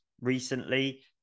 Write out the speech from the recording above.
recently